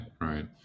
right